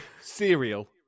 cereal